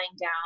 down